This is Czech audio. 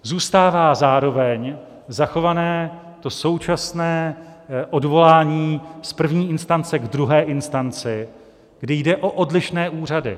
Zůstává zároveň zachováno současné odvolání z první instance k druhé instanci, kdy jde o odlišné úřady.